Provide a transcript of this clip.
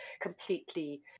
completely